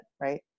Right